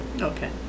Okay